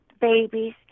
babies